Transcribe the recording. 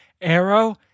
Arrow